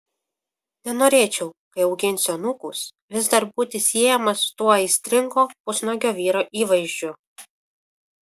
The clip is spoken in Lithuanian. nenorėčiau kai auginsiu anūkus vis dar būti siejamas su tuo aistringo pusnuogio vyro įvaizdžiu